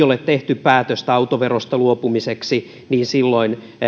ole tehty päätöstä autoverosta luopumiseksi